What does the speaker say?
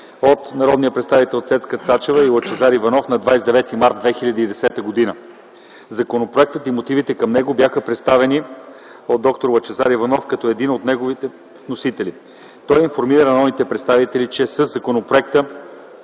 от народните представители Цецка Цачева и Лъчезар Иванов на 29 март 2010 г. Законопроектът и мотивите към него бяха представени от д-р Лъчезар Иванов като един от неговите вносители. Той информира народните представители, че със законопроекта